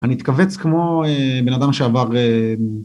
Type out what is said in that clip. אני מתכווץ כמו בן אדם שעבר